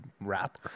rap